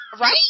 Right